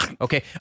Okay